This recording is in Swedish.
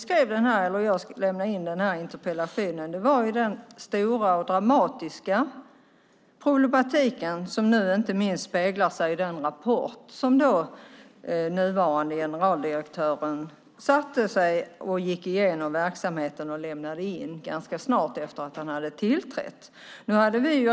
Anledningen till att jag ställde interpellationen var den stora och dramatiska problematik som inte minst speglade sig i den rapport från Skatteverket som var ett resultat av att den nuvarande generaldirektören gick igenom verksamheten ganska snart efter att han hade tillträtt.